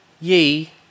ye